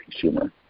consumer